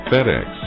FedEx